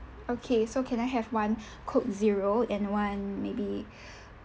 okay so can I have one coke zero and one maybe